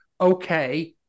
okay